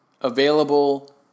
available